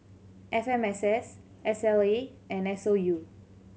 F M S S S L A and S O U